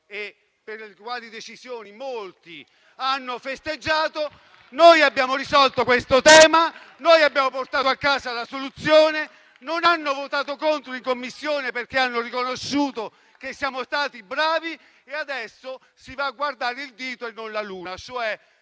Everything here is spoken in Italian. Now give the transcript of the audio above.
per la quale molti hanno festeggiato. Noi abbiamo risolto questo problema, abbiamo portato a casa la soluzione; non hanno votato contro in Commissione, perché hanno riconosciuto che siamo stati bravi, e adesso si va a guardare il dito e non la luna,